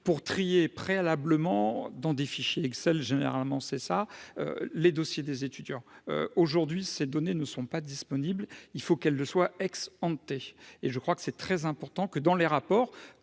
pour trier préalablement dans des fichiers Excel, généralement c'est ça les dossiers des étudiants aujourd'hui ces données ne sont pas disponibles, il faut qu'elle le soit ex-hantée et je crois que c'est très important que dans les rapports